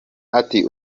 ati